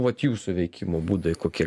vat jūsų veikimo būdai kokie